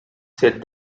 said